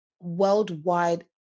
worldwide